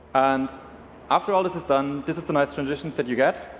and after all this is done, this is the nice transitions that you get.